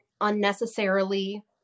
unnecessarily